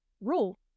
rule